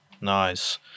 Nice